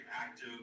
active